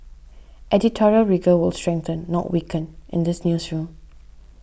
editorial rigour will strengthen not weaken in this newsroom